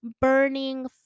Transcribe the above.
burning